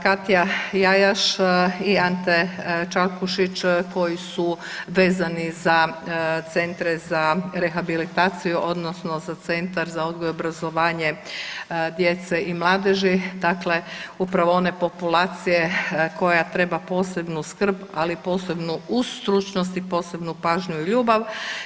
Katja Jajaš i Ante Čorkušić koji su vezani za Centre za rehabilitaciju, odnosno za Centar za odgoj i obrazovanje djece i mladeži, dakle upravo one populacije koja treba posebnu skrb, ali posebnu uz stručnost i posebnu pažnju i ljubav.